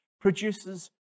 produces